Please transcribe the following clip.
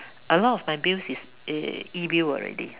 a lot of my bills is uh e-bills already